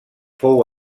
fou